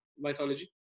mythology